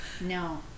no